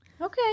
Okay